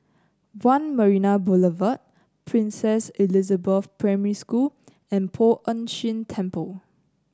One Marina Boulevard Princess Elizabeth Primary School and Poh Ern Shih Temple